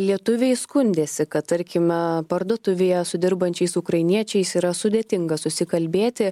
lietuviai skundėsi kad tarkime parduotuvėje su dirbančiais ukrainiečiais yra sudėtinga susikalbėti